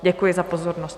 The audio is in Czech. Děkuji za pozornost.